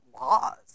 laws